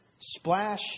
splash